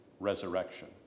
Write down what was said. resurrection